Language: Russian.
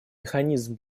механизм